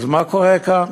אז מה קורה כאן?